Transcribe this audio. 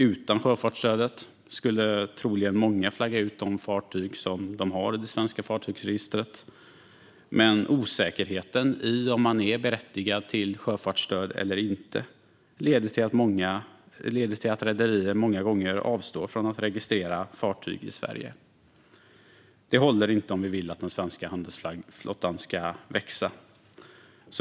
Utan sjöfartsstödet skulle troligen många flagga ut de fartyg som de har i det svenska fartygsregistret. Men osäkerheten i om man är berättigad till sjöfartsstöd eller inte leder till att rederier många gånger avstår från att registrera fartyg i Sverige. Det håller inte om vi vill att den svenska handelsflottan ska växa.